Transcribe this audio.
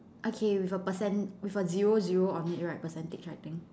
okay with a percent with a zero zero on it right percentage right I think